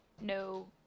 no